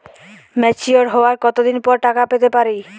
Mature হওয়ার কত দিন পর টাকা পেতে পারি?